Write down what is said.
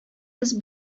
без